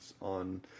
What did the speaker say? on